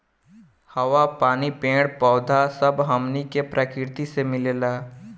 हवा, पानी, पेड़ पौधा सब हमनी के प्रकृति से मिलेला